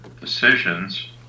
decisions